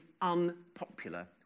unpopular